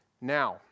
now